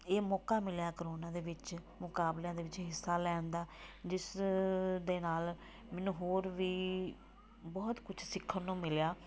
ਇਹ ਮੌਕਾ ਮਿਲਿਆ ਕਰੋਨਾ ਦੇ ਵਿੱਚ ਮੁਕਾਬਲਿਆਂ ਦੇ ਵਿੱਚ ਹਿੱਸਾ ਲੈਣ ਦਾ ਜਿਸ ਦੇ ਨਾਲ ਮੈਨੂੰ ਹੋਰ ਵੀ ਬਹੁਤ ਕੁਛ ਸਿੱਖਣ ਨੂੰ ਮਿਲਿਆ